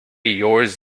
yours